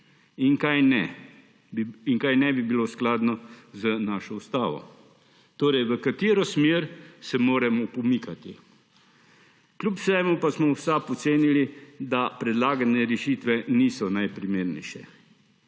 in kaj ne bi bilo skladno z našo ustavo, torej v katero smer se moramo pomikati. Kljub vsemu pa smo v SAB ocenili, da predlagane rešitve niso najprimernejše.